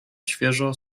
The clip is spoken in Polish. świeżo